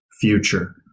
future